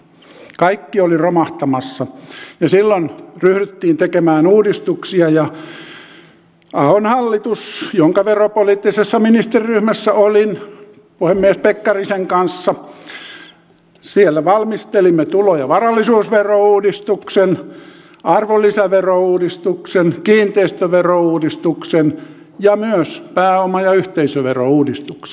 kaikki oli romahtamassa ja silloin ryhdyttiin tekemään uudistuksia ja ahon hallituksessa jonka veropoliittisessa ministeriryhmässä olin puhemies pekkarisen kanssa valmistelimme tulo ja varallisuusverouudistuksen arvonlisäverouudistuksen kiinteistöverouudistuksen ja myös pääoma ja yhteisöverouudistuksen